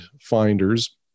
finders